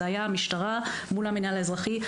זה היה המשטרה מול המינהל האזרחי.